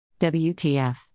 WTF